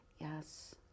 Yes